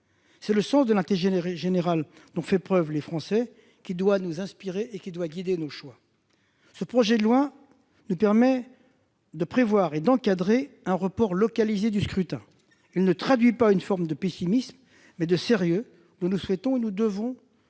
C'est ce sens de l'intérêt général dont ont fait preuve les Français qui doit nous inspirer et doit guider nos choix. Ce projet de loi nous permet de prévoir et d'encadrer un report localisé du scrutin. Il ne traduit aucune forme de pessimisme, mais témoigne bien plutôt du sérieux dont nous souhaitons et devons